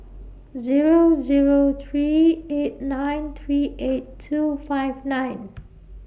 Zero Zero three eight nine three eight two five nine